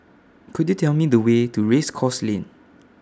Could YOU Tell Me The Way to Race Course Lane